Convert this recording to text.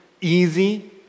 easy